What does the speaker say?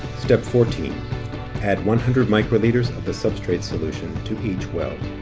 step fourteen add one hundred microliters of the substrate solution to each weld.